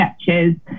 sketches